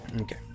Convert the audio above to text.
Okay